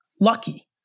lucky